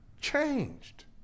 changed